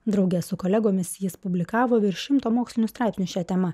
drauge su kolegomis jis publikavo virš šimto mokslinių straipsnių šia tema